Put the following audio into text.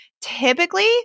Typically